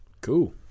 Cool